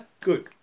Good